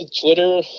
Twitter